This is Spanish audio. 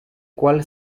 cual